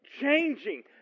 changing